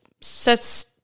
sets